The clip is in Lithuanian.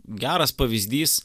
geras pavyzdys